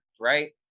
right